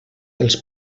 els